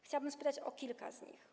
Chciałabym spytać o kilka z nich.